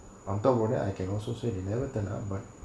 வந்த ஒடனே:vantha odanae I can also say they never turn up but